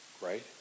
right